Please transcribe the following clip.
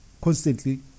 constantly